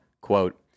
quote